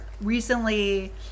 Recently